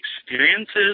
experiences